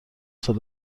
سال